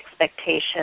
expectations